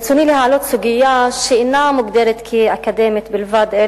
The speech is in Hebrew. ברצוני להעלות סוגיה שאינה מוגדרת כאקדמית בלבד,